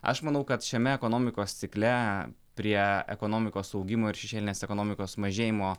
aš manau kad šiame ekonomikos cikle prie ekonomikos augimo ir šešėlinės ekonomikos mažėjimo